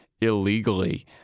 illegally